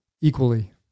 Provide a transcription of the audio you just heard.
equally